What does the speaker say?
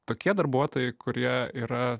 tokie darbuotojai kurie yra